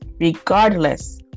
regardless